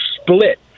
split